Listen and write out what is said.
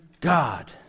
God